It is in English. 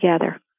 together